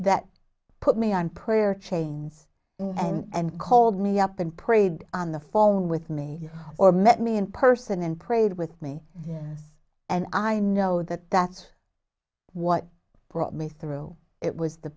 that put me on prayer chains and called me up and prayed on the phone with me or met me in person and prayed with me and i know that that's what brought me through it was the